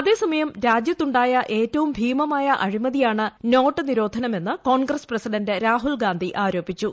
അതേസമയം രാജ്യത്തുണ്ടായ ഏറ്റവും ഭീമമായ അഴിമതിയാണ് നോട്ട് നിരോധനമെന്ന് കോൺഗ്രസ് പ്രസിഡന്റ് രാഹുൽ ഗാന്ധി ആരോപിച്ചു